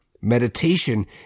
meditation